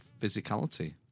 physicality